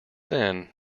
then